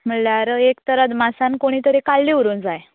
म्हळ्ळ्यार एक तर अदमासान कोणी तरी काळ्ळें उरूंक जाय